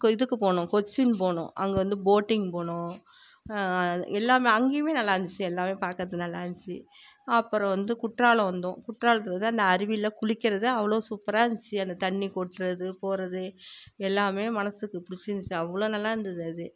க்கு இதுக்கு போனோம் கொச்சின் போனோம் அங்கே வந்து போட்டிங் போனோம் எல்லாம் அங்கேயுமே நல்லாந்துச்சு எல்லாமே பார்க்கறது நல்லாந்துச்சு அப்புறம் வந்து குற்றாலம் வந்தோம் குற்றாலத்தில் வந்து அந்த அருவியில குளிக்கிறது அவ்வளோ சூப்பராந்துச்சு அந்த தண்ணி கொட்டுறது போகிறது எல்லாமே மனசுக்கு பிடிச்சிந்துச்சி அவ்வளோ நல்லாந்தது அது